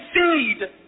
seed